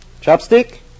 Chopstick